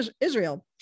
Israel